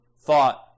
thought